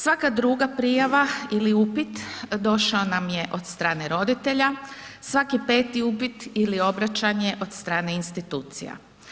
Svaka druga prijava ili upit došao nam je od strane roditelja, svaki 5 upit ili obraćanje od strane institucija.